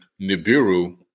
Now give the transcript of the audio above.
Nibiru